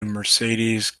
mercedes